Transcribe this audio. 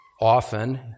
often